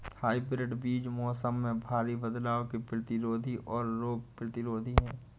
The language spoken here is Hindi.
हाइब्रिड बीज मौसम में भारी बदलाव के प्रतिरोधी और रोग प्रतिरोधी हैं